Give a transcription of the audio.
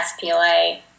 SPLA